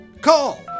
Call